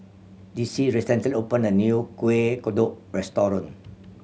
Dixie recently opened a new Kuih Kodok restaurant